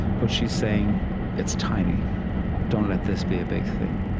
but she's saying it's tiny don't let this be a big thing